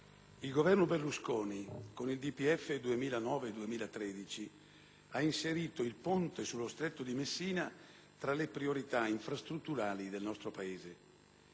il Governo Berlusconi, con il DPEF 2009-2013, ha inserito il ponte sullo Stretto di Messina tra le priorità ìnfrastrutturali del nostro Paese.